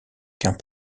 qu’un